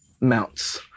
mounts